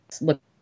look